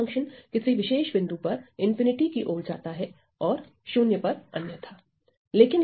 delta function किसी विशेष बिंदु पर ∞ की हो जाता है और 0 पर अन्यथा